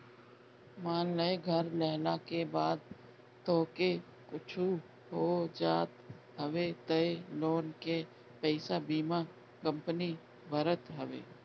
मान लअ घर लेहला के बाद तोहके कुछु हो जात हवे तअ लोन के पईसा बीमा कंपनी भरत हवे